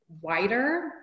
wider